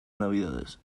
navidades